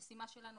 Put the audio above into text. המשימה שלנו,